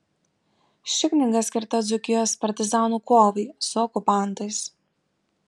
ši knyga skirta dzūkijos partizanų kovai su okupantais